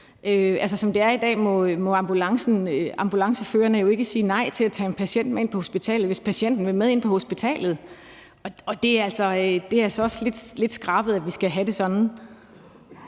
Som det er i dag, må ambulanceførerne ikke sige nej til at tage en patient med ind på hospitalet, hvis patienten vil med ind på hospitalet, og det er altså også lidt skrabet, at vi skal have det sådan.